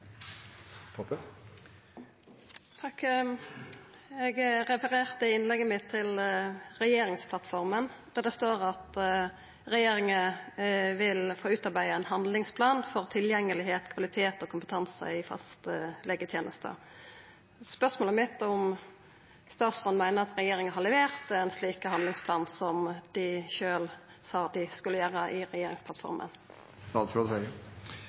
refererte i innlegget mitt til regjeringsplattforma, der det står at regjeringa vil «utarbeide en handlingsplan om tilgjengelighet, kvalitet og kompetanse i fastlegetjenesten». Spørsmålet mitt er om statsråden meiner at regjeringa har levert ein slik handlingsplan som dei sjølve sa dei skulle levera i